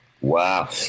Wow